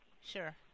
Sure